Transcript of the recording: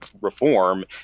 reform